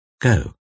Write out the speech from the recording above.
Go